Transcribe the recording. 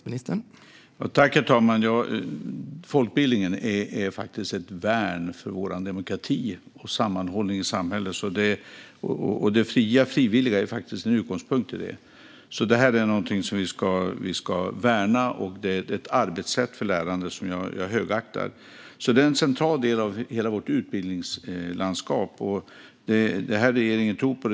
Herr talman! Folkbildningen är faktiskt ett värn för vår demokrati och sammanhållningen i samhället. Och det frivilliga är en utgångspunkt i det. Detta är någonting som vi ska värna, och det är ett arbetssätt för lärande som jag högaktar. Det är en central del av hela vårt utbildningslandskap. Den här regeringen tror på detta.